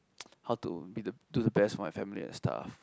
how to be the do the best for my family and stuff